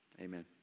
Amen